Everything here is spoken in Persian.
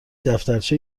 دفترچه